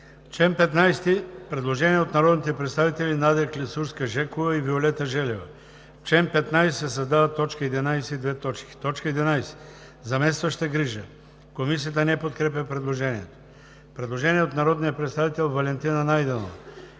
По чл. 15 има предложение от народните представители Надя Клисурска-Жекова и Виолета Желева: „В чл. 15 се създава т. 11: „11. заместваща грижа.“ Комисията не подкрепя предложението. Предложение от народния представител Валентина Найденова: